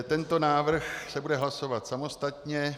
Tento návrh se bude hlasovat samostatně.